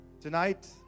Tonight